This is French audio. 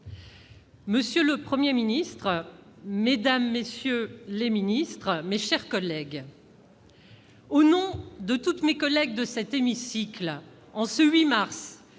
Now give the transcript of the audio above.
Monsieur le Premier ministre, mesdames, messieurs les ministres, mes chers collègues, au nom de toutes mes collègues présentes dans cet hémicycle, en ce 8 mars,